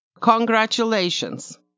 Congratulations